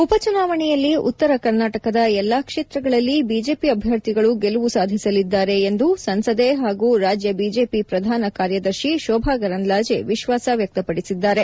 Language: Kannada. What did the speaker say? ಉಪ ಚುನಾವಣೆಯಲ್ಲಿ ಉತ್ತರ ಕರ್ನಾಟಕದ ಎಲ್ಲ ಕ್ಷೇತ್ರಗಳಲ್ಲಿ ಬಿಜೆಪಿ ಅಭ್ಯರ್ಥಿಗಳು ಗೆಲುವು ಸಾಧಿಸಲಿದ್ದಾರೆ ಎಂದು ಸಂಸದೆ ಹಾಗೂ ರಾಜ್ಯ ಬಿಜೆಪಿ ಪ್ರಧಾನ ಕಾರ್ಯದರ್ಶಿ ಶೋಭಾ ಕರಂದ್ಲಾಜೆ ವಿಶ್ವಾಸ ವ್ಯಕ್ತಪಡಿಸಿದ್ದಾರೆ